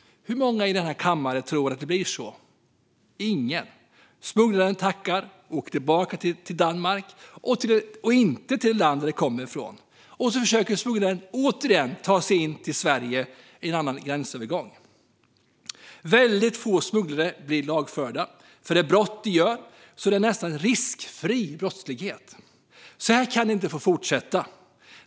Hur många i kammaren tror att det blir så? Ingen. Smugglaren tackar och åker tillbaka till Danmark, inte till landet denne kom från. Så försöker smugglaren återigen ta sig in till Sverige vid en annan gränsövergång. Få smugglare blir lagförda för det brott de utför. Det är alltså fråga om nästan riskfri brottslighet. Så kan det inte få fortsätta.